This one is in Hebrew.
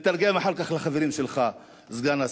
תתרגם אחר כך לחברים שלך, סגן השר.